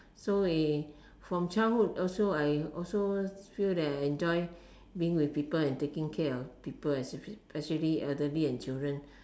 so we from childhood also I also feel that I enjoy being with people and taking care of people especially elderly and children